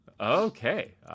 Okay